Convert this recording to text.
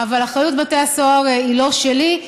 אבל האחריות לבתי הסוהר היא לא שלי.